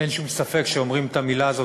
אין שום ספק שכשאומרים את המילה הזאת,